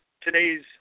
today's